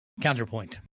Counterpoint